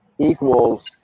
equals